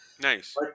Nice